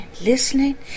listening